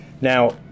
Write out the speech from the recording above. Now